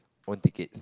own tickets